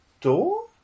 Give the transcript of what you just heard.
door